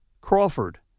Crawford